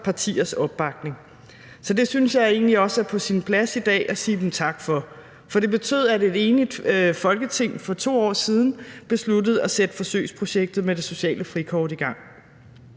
partiers opbakning. Så det synes jeg egentlig også er på sin plads i dag at sige dem tak for, for det betød, at et enigt Folketing for 2 år siden besluttede at sætte forsøgsprojektet med det sociale frikort i gang.